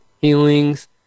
healings